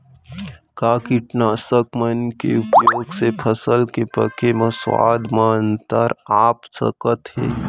का कीटनाशक मन के उपयोग से फसल के पके म स्वाद म अंतर आप सकत हे?